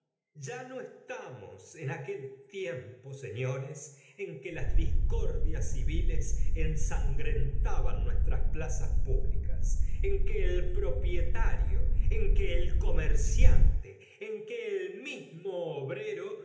ya no estamos en aquel tiempo señores en que las discordias civiles ensangrentaban nuestras plazas públicas en que el propietario en que el comerciante en que el mismo obrero